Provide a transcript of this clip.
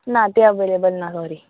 ना तें अवेलेबल ना सोरी